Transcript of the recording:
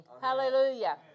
hallelujah